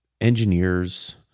engineers